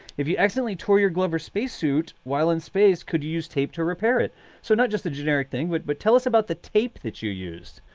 if you accidently tore your gloves or spacesuit while in space, could you use tape to repair it? so not just a generic thing, but but tell us about the tape that you used.